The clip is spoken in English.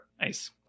nice